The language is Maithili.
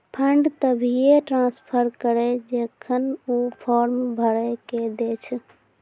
फंड तभिये ट्रांसफर करऽ जेखन ऊ फॉर्म भरऽ के दै छै